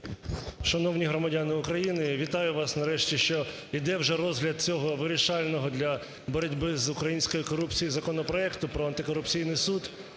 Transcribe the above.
Шановні громадяни України, вітаю вас, нарешті, що іде вже розгляд цього вирішального для боротьби з українською корупцією законопроекту про антикорупційний суд.